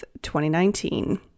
2019